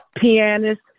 pianist